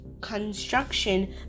construction